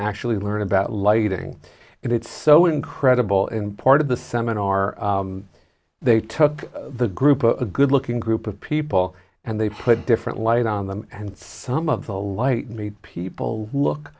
actually learn about lighting and it's so incredible in part of the seminar they took the group of a good looking group of people and they put different light on them and some of the light me people look